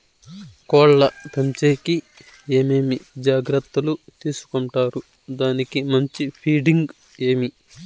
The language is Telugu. కోళ్ల పెంచేకి ఏమేమి జాగ్రత్తలు తీసుకొంటారు? దానికి మంచి ఫీడింగ్ ఏమి?